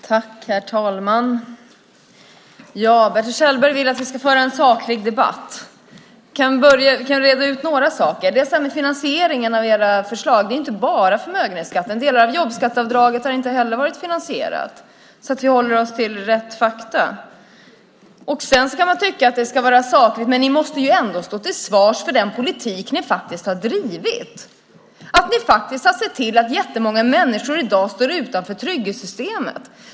Herr talman! Bertil Kjellberg vill att vi ska föra en saklig debatt. Vi kan reda ut några saker, till exempel om finansieringen av era förslag. Det gäller inte bara förmögenhetsskatten. Delar av jobbskatteavdraget har inte heller varit finansierade. Vi ska hålla oss till rätt fakta. Man kan tycka att det ska vara sakligt. Men ni måste ändå stå till svars för den politik ni har drivit och att ni har sett till att jättemånga människor i dag står utanför trygghetssystemet.